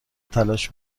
تلاش